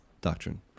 doctrine